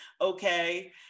okay